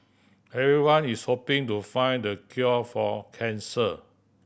everyone is hoping to find the cure for cancer